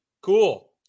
Cool